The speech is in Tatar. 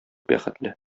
бәхетле